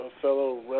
fellow